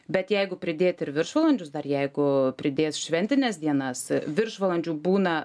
bet jeigu pridėt ir viršvalandžius dar jeigu pridės šventines dienas viršvalandžių būna